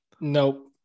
Nope